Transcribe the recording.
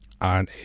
on